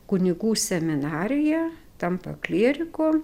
kunigų seminariją tampa klierikų